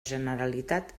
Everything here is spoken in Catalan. generalitat